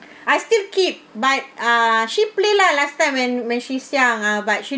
I still keep but ah she play lah last time when when she's young ah but she